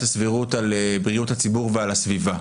הסבירות על בריאות הציבור ועל הסביבה.